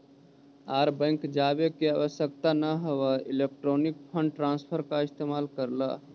आर bank जावे के आवश्यकता न हवअ इलेक्ट्रॉनिक फंड ट्रांसफर का इस्तेमाल कर लअ